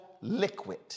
liquid